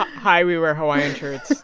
hi, we wear hawaiian shirts